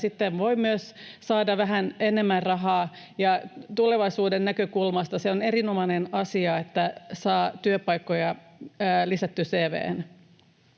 Sitten voi myös saada vähän enemmän rahaa, ja tulevaisuuden näkökulmasta se on erinomainen asia, että saa työpaikkoja lisättyä CV:hen.